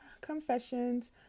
Confessions